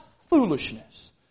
foolishness